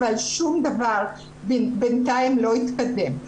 אבל שום דבר בינתיים לא התקדם.